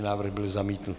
Návrh byl zamítnut.